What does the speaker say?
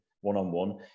one-on-one